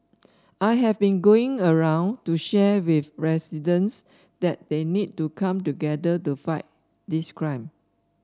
I have been going around to share with residents that they need to come together to fight this crime